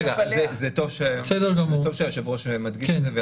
זה טוב שהיושב-ראש מדגיש את זה.